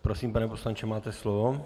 Prosím, pane poslanče, máte slovo.